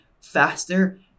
faster